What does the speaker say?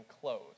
clothes